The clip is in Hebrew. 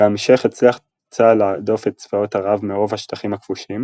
בהמשך הצליח צה"ל להדוף את צבאות ערב מרוב השטחים הכבושים